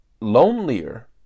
lonelier